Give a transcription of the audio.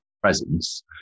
presence